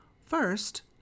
First